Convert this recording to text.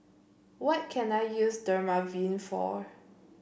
what can I use Dermaveen for